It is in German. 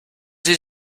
sie